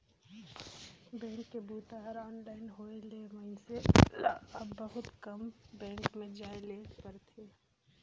bank के बूता हर ऑनलाइन होए ले मइनसे ल अब बहुत कम बेंक में जाए ले परथे